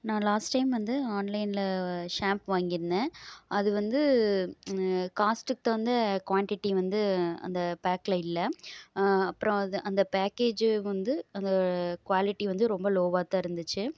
நான் last time வந்து ஆன்லைனில் ஷாம்பு வாங்கிருந்தேன் அது வந்து காஸ்ட்டுக்கு தகுந்த குவான்டிட்டி வந்து அந்த பேக்கில் இல்லை அப்புறம் அது அந்த பேக்கேஜு வந்து அந்த குவாலிட்டி வந்து ரொம்ப லோவாக தான் இருந்துச்சு